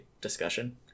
discussion